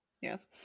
Yes